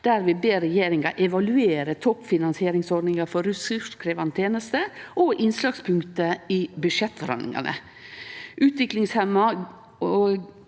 der vi ber regjeringa evaluere toppfinansieringsordninga for ressurskrevjande tenester og innslagspunktet i budsjettforhandlingane. Utviklingshemma og